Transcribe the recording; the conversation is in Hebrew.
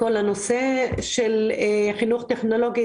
הנושא של חינוך טכנולוגי.